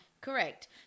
Correct